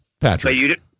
Patrick